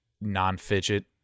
non-fidget